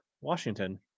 Washington